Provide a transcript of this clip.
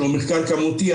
שהוא מחקר כמותי.